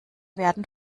werden